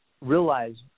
realize